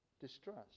Distrust